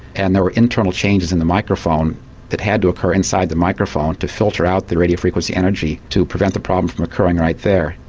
and there were internal changes in the microphone that had to occur inside the microphone, to filter out the radio frequency energy, to prevent the problem from occurring right there.